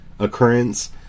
occurrence